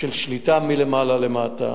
של שליטה מלמעלה למטה.